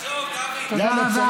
למה?